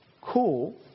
cool